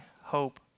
hope